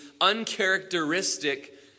uncharacteristic